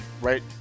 right